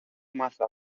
mazo